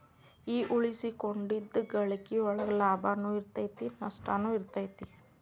ಈ ಉಳಿಸಿಕೊಂಡಿದ್ದ್ ಗಳಿಕಿ ಒಳಗ ಲಾಭನೂ ಇರತೈತಿ ನಸ್ಟನು ಇರತೈತಿ